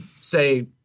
say